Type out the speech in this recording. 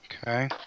okay